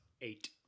Eight